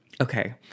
Okay